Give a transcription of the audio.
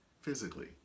physically